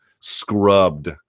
scrubbed